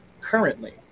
currently